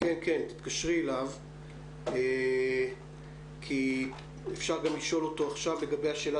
תתקשרי אליו כי אפשר גם לשאול אותו עכשיו את השאלה